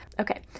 Okay